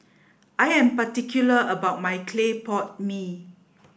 I am particular about my clay pot mee